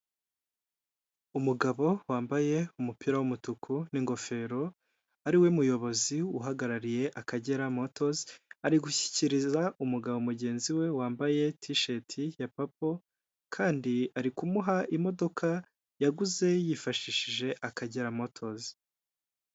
Umugabo wambaye umupira w'umutuku n'ingofero, ariwe muyobozi uhagarariye Akagera motozi, ari gushyikiriza umugabo mugenzi we wambaye tisheti ya papo kandi ari kumuha imodoka yaguze yifashishije Akagera motozi.